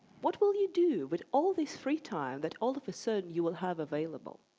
what will you do with all this free time that all of a sudden you will have available?